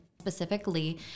specifically